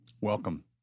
Welcome